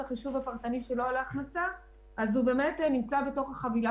נעשה סבב של חברי